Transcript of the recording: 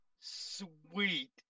Sweet